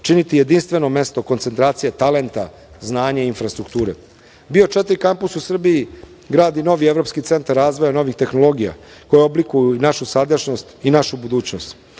činiti jedinstveno mesto koncentracije talenta, znanja i infrastrukture. BIO4 kampus u Srbiji gradi novi evropski centar razvoja novih tehnologija koji oblikuju i našu sadašnjost i našu budućnost.